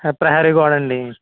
ప్రహరీ గోడ అండి